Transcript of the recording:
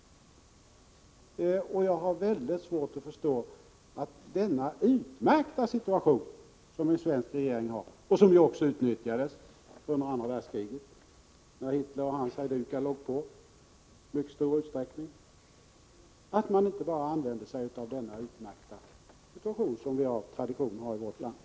En svensk regering har av tradition en utmärkt situation — den utnyttjades under andra världskriget när Hitler och hans hejdukar utgjorde ett stort hot. Jag har mycket svårt att förstå varför regeringen inte bara använder sig av denna utmärkta situation.